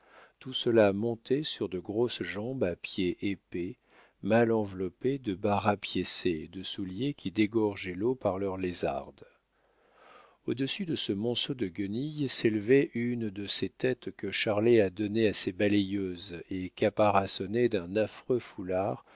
tout cela monté sur de grosses jambes à pieds épais mal enveloppés de bas rapiécés et de souliers qui dégorgeaient l'eau par leurs lézardes au-dessus de ce monceau de guenilles s'élevait une de ces têtes que charlet a données à ses balayeuses et caparaçonnée d'un affreux foulard